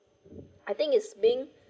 I think it's being